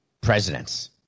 presidents